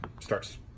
starts